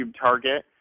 target